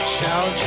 Shout